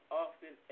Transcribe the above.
often